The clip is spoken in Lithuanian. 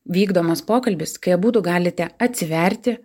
vykdomas pokalbis kai abudu galite atsiverti